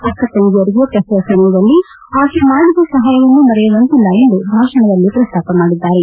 ಅಕ್ಕ ತಂಗಿಯರಿಗೆ ಪ್ರಸವ ಸಮಯದಲ್ಲಿ ಆಕೆ ಮಾಡಿದ ಸಹಾಯವನ್ನು ಮರೆಯುವಂತಿಲ್ಲ ಎಂದು ಭಾಷಣದಲ್ಲಿ ಪ್ರಸ್ತಾಪ ಮಾಡಿದ್ದಾರೆ